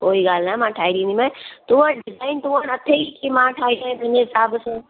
कोई ॻाल्हि न आहे मां ठाहे ॾींदीमांइ तूं वटि अथेई की मां ठाहे ॾियाईं तुंहिंजे हिसाब सां